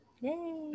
Yay